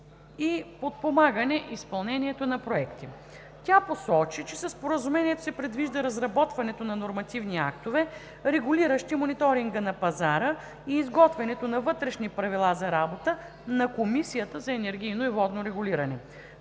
и подпомагане изпълнението на проекти. Тя посочи, че със Споразумението се предвижда разработването на нормативни актове, регулиращи мониторинга на пазара, и изготвянето на вътрешни правила за работа на Комисията за енергийно и водно регулиране.